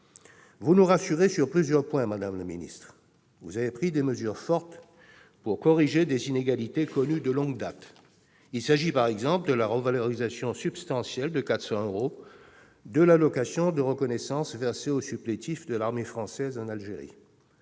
Vous nous rassurez sur plusieurs points, madame la secrétaire d'État. Vous avez pris des mesures fortes pour corriger des inégalités connues de longue date. Il s'agit, par exemple, de la revalorisation substantielle- 400 euros -de l'allocation de reconnaissance versée aux supplétifs de l'armée française en Algérie.